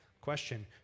Question